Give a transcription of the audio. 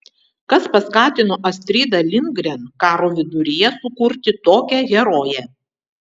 kas paskatino astridą lindgren karo viduryje sukurti tokią heroję